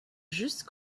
juste